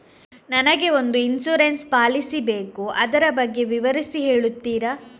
ನನಗೆ ಒಂದು insurance policy ಬೇಕು ಅದರ ಬಗ್ಗೆ ವಿವರಿಸಿ ಹೇಳುತ್ತೀರಾ?